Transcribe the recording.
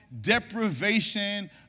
deprivation